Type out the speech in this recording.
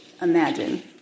imagine